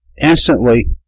Instantly